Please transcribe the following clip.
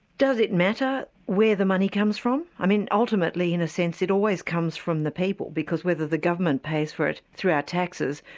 does it matter where the money comes from? i mean ultimately in a sense, it always comes from the people, because whether the government pays it through our taxes,